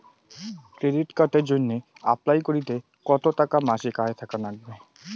Credit কার্ডের জইন্যে apply করিতে কতো টাকা মাসিক আয় থাকা নাগবে?